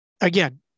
again